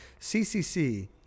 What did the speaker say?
CCC